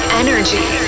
energy